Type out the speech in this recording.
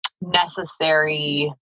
necessary